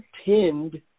pinned